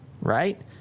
right